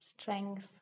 strength